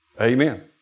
Amen